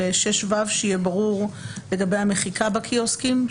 6(ו) שיהיה ברור לגבי המחיקה בקיוסקים,